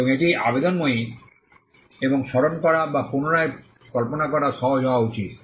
এবং এটি আবেদনময়ী এবং স্মরণ করা বা পুনরায় কল্পনা করা সহজ হওয়া উচিত